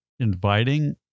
inviting